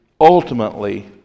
ultimately